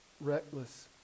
reckless